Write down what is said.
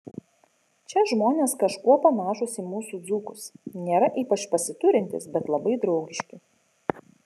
čia žmonės kažkuo panašūs į mūsų dzūkus nėra ypač pasiturintys bet labai draugiški